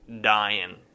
dying